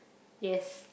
yes